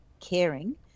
caring